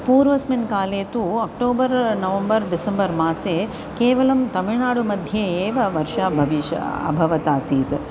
पूर्वस्मिन् काले तु अक्टोबर् नवम्बर् डिसेम्बर् मासे केवलं तमिळ्नाडुमध्ये एव वर्षा भविष्यत् अभवत् आसीत्